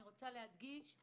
אני מדגישה